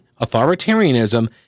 authoritarianism